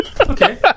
Okay